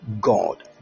god